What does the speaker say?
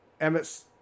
Emmett